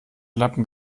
lappen